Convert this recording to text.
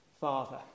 Father